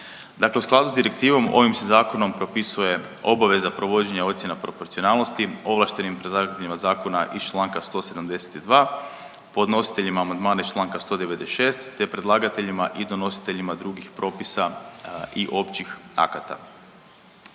Dakle, u skladu s direktivom, ovim se Zakonom propisuje obaveza provođenja ocjena proporcionalnosti ovlaštenim predlagateljima zakona iz čl. 172, podnositeljima amandmana iz čl. 196 te predlagateljima i donositeljima drugih propisa i općih akata.